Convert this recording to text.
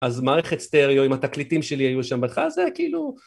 אז מערכת סטריאו, אם התקליטים שלי היו שם בהתחלה, כאילו...